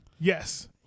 Yes